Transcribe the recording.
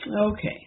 okay